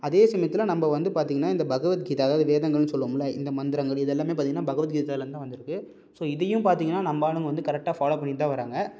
அதே சமயத்தில் நம்ம வந்து பார்த்திங்னா இந்த பகவத்கீதை அதாவது வேதங்கள்னு சொல்லுவோம்ல இந்த மந்திரங்கள் இது எல்லாமே பார்த்திங்கனா பகவத்கீதையிலருந்து தான் வந்துருக்குது ஸோ இதையும் பார்த்திங்கனா நம்ம ஆளுங்க வந்து கரெக்ட்டாக ஃபாலோவ் பண்ணிட்டு தான் வராங்க